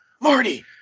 Marty